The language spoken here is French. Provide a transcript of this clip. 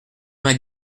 vingt